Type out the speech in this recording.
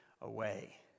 away